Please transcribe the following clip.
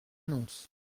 annonce